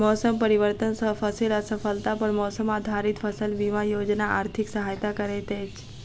मौसम परिवर्तन सॅ फसिल असफलता पर मौसम आधारित फसल बीमा योजना आर्थिक सहायता करैत अछि